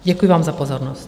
Děkuji vám za pozornost.